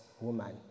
woman